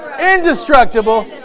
Indestructible